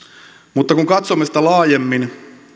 mutta kun katsomme sitä laajemmin